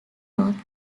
north